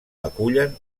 acullen